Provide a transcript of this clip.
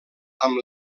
amb